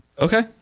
Okay